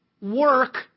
Work